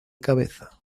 cabeza